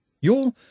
Your